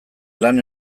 lan